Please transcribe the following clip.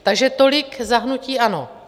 Takže tolik za hnutí ANO.